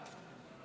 עכשיו.